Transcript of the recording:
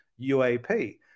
UAP